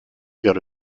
vers